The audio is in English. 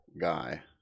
guy